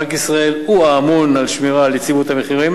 בנק ישראל הוא האמון על שמירה על יציבות המחירים